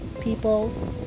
people